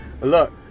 Look